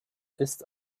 ist